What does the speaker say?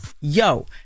Yo